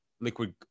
Liquid